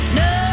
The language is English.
no